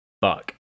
fuck